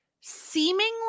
seemingly